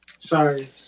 Sorry